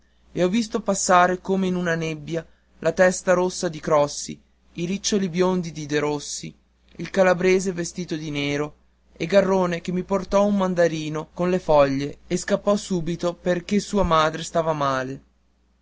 e ho visto passare come in una nebbia la testa rossa di crossi i riccioli biondi di derossi il calabrese vestito di nero e garrone che mi portò un mandarino con le foglie e scappò subito perché sua madre stava male